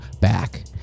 back